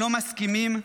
לא מסכימים,